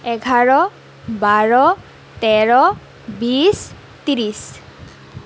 এঘাৰ বাৰ তেৰ বিশ ত্ৰিছ